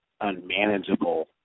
unmanageable